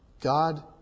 God